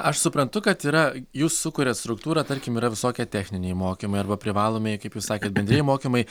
aš suprantu kad yra jūs sukuriat struktūrą tarkim yra visokie techniniai mokymai arba privalomieji kaip sakant bendrieji mokymai